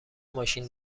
ماشین